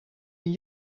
een